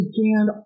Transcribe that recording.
began